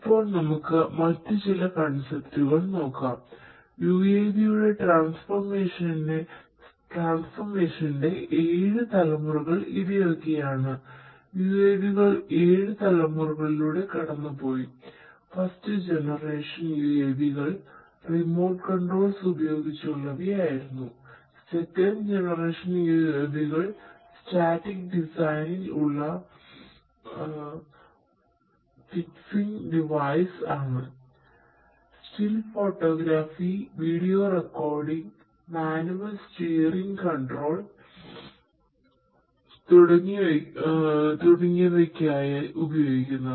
ഇപ്പോൾ നമുക്ക് മറ്റു ചില കൺസെപ്റ്റുകൾ തുടങ്ങിയവക്കായി ഉപയോഗിക്കുന്നവ